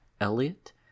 Elliot